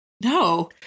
No